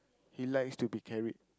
he likes to be carried